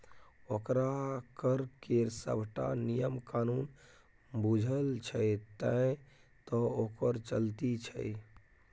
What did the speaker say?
ओकरा कर केर सभटा नियम कानून बूझल छै तैं तँ ओकर चलती छै